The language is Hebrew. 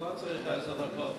אני לא צריך עשר דקות,